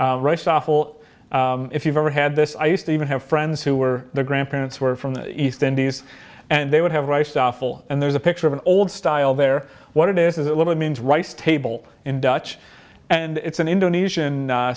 awful if you've ever had this i used to even have friends who were the grandparents were from the east indies and they would have rice awful and there's a picture of an old style there what it is is a little means rice table in dutch and it's an indonesian